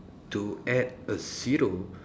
to add a zero